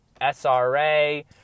SRA